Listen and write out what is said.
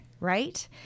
right